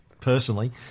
personally